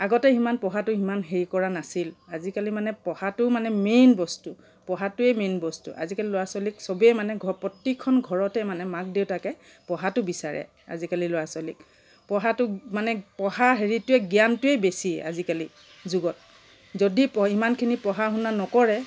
আগতে সিমান পঢ়াটো সিমান হেৰি কৰা নাছিল আজিকালি মানে পঢ়াটো মানে মেইন বস্তু পঢ়াটোৱে মেইন বস্তু আজিকালি ল'ৰা ছোৱালীক চবেই মানে ঘৰ প্ৰতিখন ঘৰতে মানে মাক দেউতাকে পঢ়াটো বিচাৰে আজিকালি ল'ৰা ছোৱালী পঢ়াটোক মানে পঢ়া হেৰিটোৱে জ্ঞানটোৱে বেছি আজিকালি যুগত যদি ইমানখিনি পঢ়া শুনা নকৰে